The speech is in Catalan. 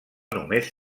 només